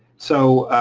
so.